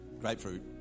grapefruit